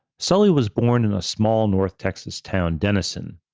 sully was born in a small north texas town, denison.